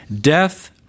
death